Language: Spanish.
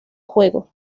juego